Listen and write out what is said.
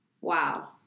wow